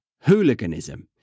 Hooliganism